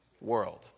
world